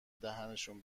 دهنشون